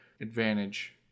advantage